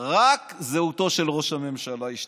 רק זהותו של ראש הממשלה השתנתה.